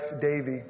Davy